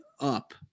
up